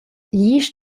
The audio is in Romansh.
glisch